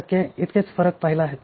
टक्के इतकेच फरक पाहिले आहेत